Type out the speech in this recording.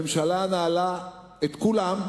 הממשלה נעלה את כולם,